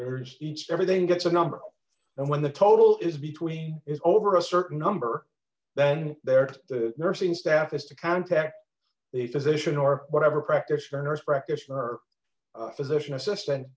there's each everything gets a number and when the total is between is over a certain number then there are the d nursing staff is to contact the physician or whatever practitioner nurse practitioner her physician assistant